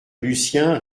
lucien